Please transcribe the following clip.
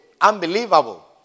Unbelievable